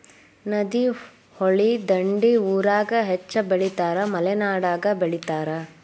ನದಿ, ಹೊಳಿ ದಂಡಿ ಊರಾಗ ಹೆಚ್ಚ ಬೆಳಿತಾರ ಮಲೆನಾಡಾಗು ಬೆಳಿತಾರ